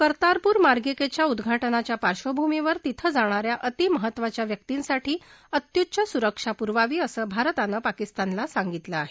कर्तारपूर मार्गिकेच्या उद्घाटनाच्या पार्धभूमीवर तिथं जाणा या अतिमहत्त्वाच्या व्यक्तींसाठी अत्युच्च सुरक्षा पुरवावी असं भारतानं पाकिस्तानला सांगितलं आहे